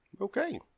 Okay